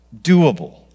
doable